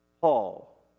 Paul